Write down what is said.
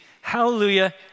Hallelujah